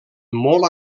molt